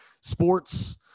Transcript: sports